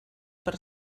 per